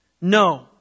No